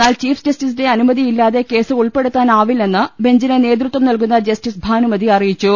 എന്നാൽ ചീഫ് ജസ്റ്റി സിന്റെ അനുമതിയില്ലാതെ കേസ് ഉൾപ്പെടുത്താനാവില്ലെന്ന് ബെഞ്ചിന് നേതൃത്വം നൽകുന്ന ജസ്റ്റിസ് ഭാനുമതി അറിയിച്ചു